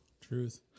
Truth